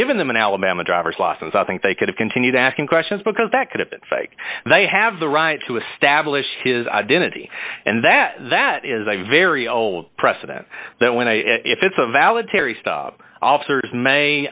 given them an alabama driver's license i think they could have continued asking questions because that could have been fake and they have the right to establish his identity and that that is a very old precedent that when i if it's a valid terry stob officers may